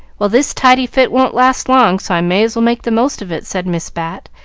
well, this tidy fit won't last long, so i may as well make the most of it, said miss bat,